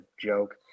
joke